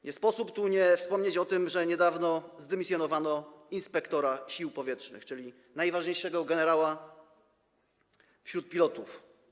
Nie sposób tu nie wspomnieć o tym, że niedawno zdymisjonowano inspektora Sił Powietrznych, czyli najważniejszego generała wśród pilotów.